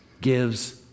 gives